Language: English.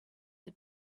had